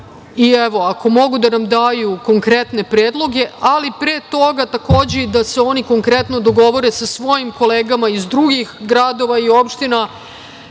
Ako mogu da nam daju konkretne predloge, ali pre toga da se i oni konkretno dogovore sa svojim kolegama iz drugih gradova i opština.